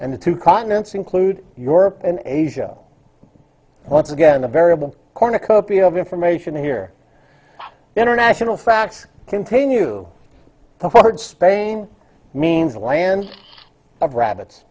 and the two continents include york and asia once again a variable cornucopia of information here international facts continue to hurt spain means land of rabbits